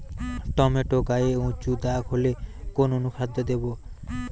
Tomato গায়ে উচু দাগ হলে কোন অনুখাদ্য দেবো?